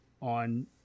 on